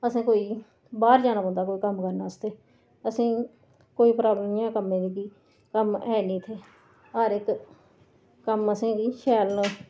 असैं कोई बाह्र जाना पौंदा कोई कम्म करने आस्तै असेंई कोई प्राब्लम नि ऐ कम्मे दी कि कम्म है नि इत्थै हर इक कम्म असें कि शैल न